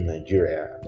Nigeria